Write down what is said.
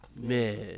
Man